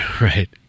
Right